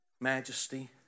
majesty